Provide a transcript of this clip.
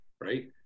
Right